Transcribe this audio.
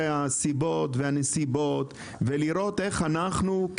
הסיבות והנסיבות ולראות איך מצמצמים את התופעה.